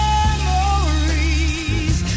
Memories